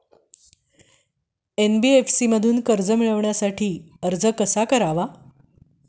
NBFC मधून कर्ज मिळवण्यासाठी अर्ज कसा करावा?